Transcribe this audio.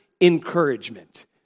encouragement